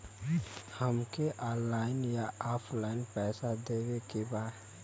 हमके ऑनलाइन या ऑफलाइन पैसा देवे के बा?